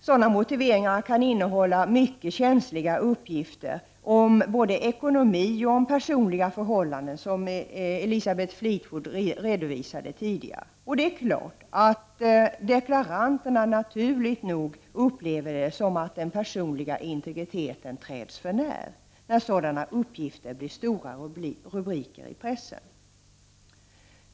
Sådana motiveringar kan innehålla mycket känsliga informationer om både ekonomi och personliga förhållanden, som Elisabeth Fleetwood redovisade tidigare. Och det är klart att deklaranterna naturligt nog upplever det som att den personliga integriteten träds för när, då sådana uppgifter blir stora rubriker i pressen.